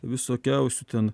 visokiausių ten